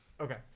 Okay